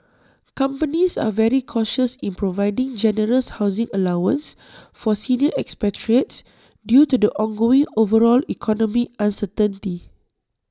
companies are very cautious in providing generous housing allowances for senior expatriates due to the ongoing overall economic uncertainty